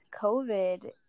COVID